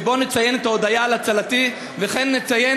שבו נציין את ההודיה על הצלתי וכן נציין